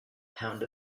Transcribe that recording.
pound